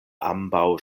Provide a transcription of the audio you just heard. ambaŭ